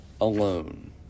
alone